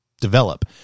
develop